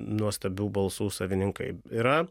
nuostabių balsų savininkai yra